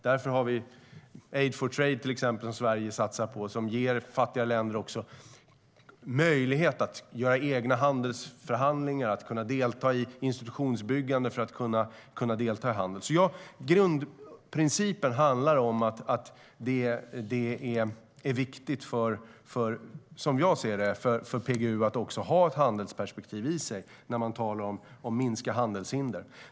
Därför satsar Sverige på Aid for Trade som ger fattiga länder möjlighet att göra egna handelsförhandlingar och medverka i institutionsbyggande för att delta i handeln. Grundprincipen handlar om att det är viktigt för PGU att ha också ett handelsperspektiv när vi talar om att minska handelshinder.